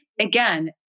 again